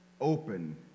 open